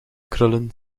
krullen